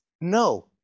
No